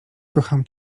kocham